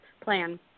plan